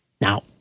Now